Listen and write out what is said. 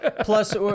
Plus